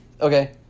okay